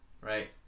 right